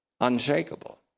unshakable